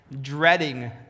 dreading